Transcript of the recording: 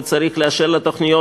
וצריך לאשר לה תוכניות,